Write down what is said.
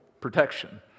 protection